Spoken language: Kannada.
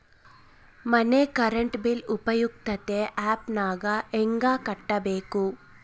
ಮನೆ ಕರೆಂಟ್ ಬಿಲ್ ಉಪಯುಕ್ತತೆ ಆ್ಯಪ್ ನಾಗ ಹೆಂಗ ಕಟ್ಟಬೇಕು?